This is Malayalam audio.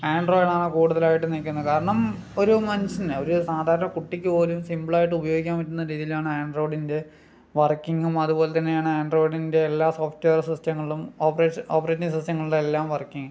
ആൻഡ്രോയിഡ് ആണ് കൂടുതലായിട്ടും നിൽക്കുന്നത് കാരണം ഒരു മനുഷ്യനെ ഒരു സാധാരണ കുട്ടിക്കുപോലും സിമ്പിളായിട്ടു ഉപയോഗിക്കാൻ പറ്റുന്ന രീതിലാണ് ആൻഡ്രോയിഡിൻ്റെ വർക്കിങ്ങും അതുപോലെ തന്നെയാണ് ആൻഡ്രോയിഡിൻ്റെ എല്ലാ സോഫ്റ്റ് വെയർ സിസ്റ്റങ്ങളും ഓപ്രഷ ഓപ്പറേറ്റിംഗ് സിസ്റ്റങ്ങളുടെ എല്ലാം വർക്കിംഗ്